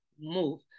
move